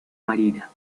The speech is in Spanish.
marina